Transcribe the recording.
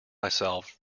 myself